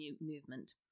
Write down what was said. movement